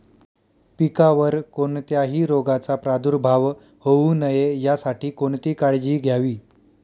पिकावर कोणत्याही रोगाचा प्रादुर्भाव होऊ नये यासाठी कोणती काळजी घ्यावी?